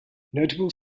notable